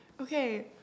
Okay